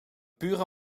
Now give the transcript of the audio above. pure